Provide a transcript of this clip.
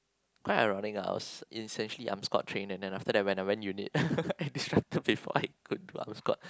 quite ironic lah I was essentially I'm squad trained and then after that when I went unit I disrupted before I could go out with a squad